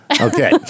Okay